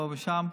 פה ושם,